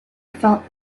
felt